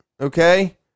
okay